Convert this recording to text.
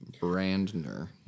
Brandner